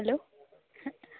hello ಹಾಂ